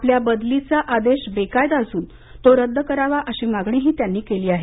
आपल्या बदलीचा आदेश बेकायदा असून तो रद्द करावा अशी मागणीही त्यांनी केली आहे